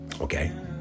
Okay